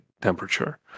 temperature